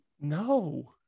no